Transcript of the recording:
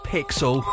Pixel